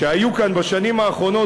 שהיו כאן בשנים האחרונות,